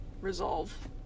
resolve